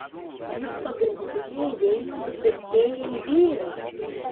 juk pagrindiniai deimantų pirkėjai vyrai